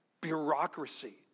bureaucracy